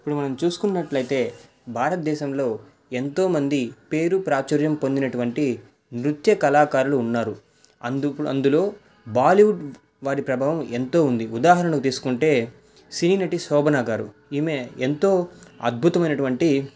ఇప్పుడు మనం చూసుకున్నట్లయితే భారత దేశంలో ఎంతో మంది పేరు ప్రాచుర్యం పొందినటువంటి నృత్య కళాకారులు ఉన్నారు అందులో బాలీవుడ్ వారి ప్రభావం ఎంతో ఉంది ఉదాహరణకు తీసుకుంటే సినీ నటి శోభన గారు ఈమె ఎంతో అద్భుతమైనటువంటి